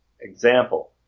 example